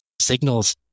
signals